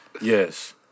Yes